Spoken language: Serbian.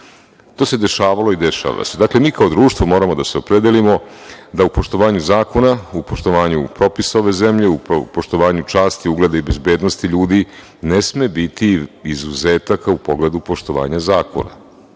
To se dešavalo i dešava se. Dakle, mi kao društvo treba da se opredelimo da u poštovanju zakona, u poštovanju propisa ove zemlje u poštovanju časti, ugleda i bezbednosti ljudi, ne sme biti izuzetaka u pogledu poštovanja zakona.